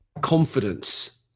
confidence